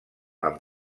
amb